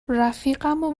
رفیقمو